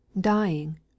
dying